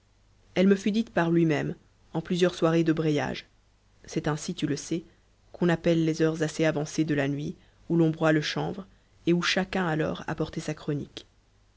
elle me fut dite par lui-même en plusieurs soirées de breyage c'est ainsi tu le sais qu'on appelle les heures assez avancées de la nuit où l'on broie le chanvre et où chacun alors apportait sa chronique